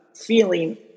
feeling